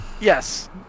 yes